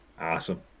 Awesome